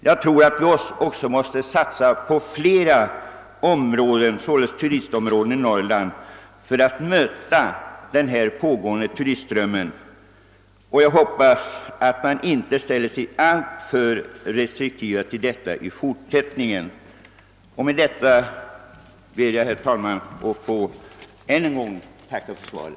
Jag tror att vi för att kunna möta turistströmmen även måste satsa på flera turistområden i Norrland och jag hoppas att myndigheterna inte ställer sig alltför restriktiva i framtiden. Med detta ber jag, herr talman, att ännu en gång få tacka för svaret.